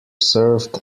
served